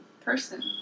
person